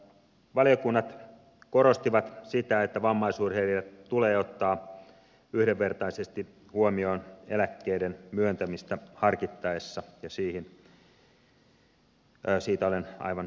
valiokunnat korostivat sitä että vammaisurheilijat tulee ottaa yhdenvertaisesti huomioon eläkkeiden myöntämistä harkittaessa ja siitä olen aivan samaa mieltä